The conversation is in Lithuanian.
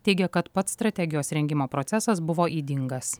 teigia kad pats strategijos rengimo procesas buvo ydingas